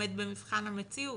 עומד במבחן המציאות.